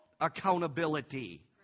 Accountability